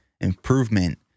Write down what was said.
improvement